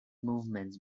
movements